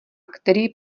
který